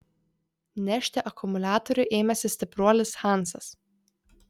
nešti akumuliatorių ėmėsi stipruolis hansas